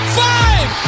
five